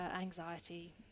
anxiety